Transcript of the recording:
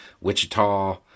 Wichita